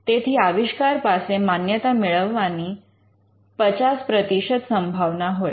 તેથી આવિષ્કાર પાસે માન્યતા મેળવવાની 50 પ્રતિશત સંભાવના હોય